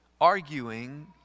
arguing